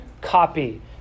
copy